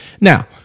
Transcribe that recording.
Now